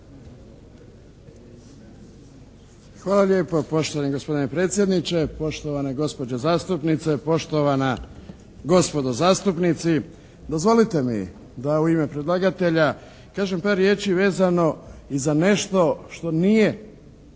Hvala lijepa poštovani gospodine predsjedniče, poštovane gospođe zastupnice, poštovana gospodo zastupnici. Dozvolite mi da u ime predlagatelja kažem par riječi vezano i za nešto što nije